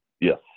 Yes